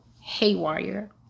haywire